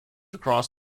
across